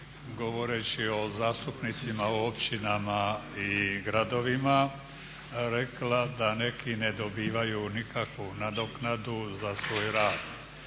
govoreći o zastupnicima u općinama i gradovima rekla da neki ne dobivaju nikakvu nadoknadu za svoj rad